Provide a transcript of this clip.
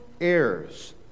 heirs